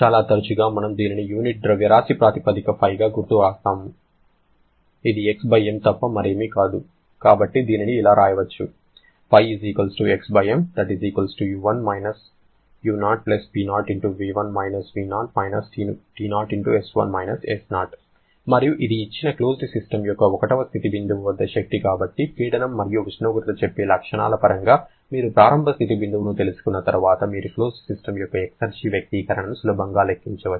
చాలా తరచుగా మనము దీనిని యూనిట్ ద్రవ్యరాశి ప్రాతిపదికన ϕ గా గుర్తు వ్రాస్తాము ఇది Xm తప్ప మరేమీ కాదు కాబట్టి దీనిని ఇలా వ్రాయవచ్చు మరియు ఇది ఇచ్చిన క్లోజ్డ్ సిస్టమ్ యొక్క 1 వ స్థితి బిందువు వద్ద శక్తి కాబట్టి పీడనం మరియు ఉష్ణోగ్రత చెప్పే లక్షణాల పరంగా మీరు ప్రారంభ స్థితి బిందువును తెలుసుకున్న తర్వాత మీరు ఈ క్లోజ్డ్ సిస్టమ్ యొక్క ఎక్సర్జి వ్యక్తీకరణను సులభంగా లెక్కించవచ్చు